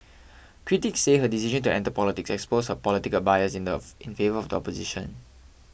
critics said her decision to enter politics exposed her political bias in of in favour of the opposition